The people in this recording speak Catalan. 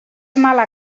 mala